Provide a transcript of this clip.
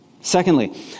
Secondly